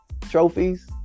trophies